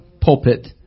pulpit